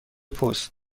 پست